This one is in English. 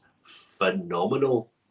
phenomenal